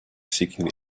seeking